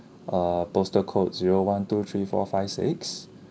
err postal code zero one two three four five six